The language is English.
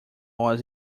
was